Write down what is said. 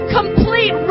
complete